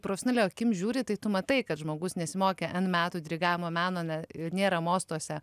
profesionalia akim žiūri tai tu matai kad žmogus nesimokė n metų dirigavimo meno ne nėra mostuose